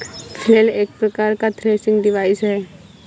flail एक प्रकार का थ्रेसिंग डिवाइस है